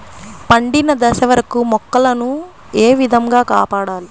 పండిన దశ వరకు మొక్కల ను ఏ విధంగా కాపాడాలి?